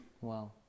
Wow